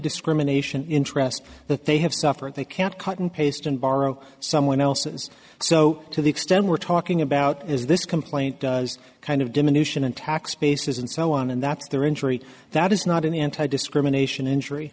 discrimination interest that they have suffered they can't cut and paste and borrow someone else's so to the extent we're talking about is this complaint is kind of diminution in tax bases and so on and that's their injury that is not an anti discrimination injury